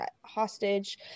hostage